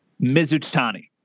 Mizutani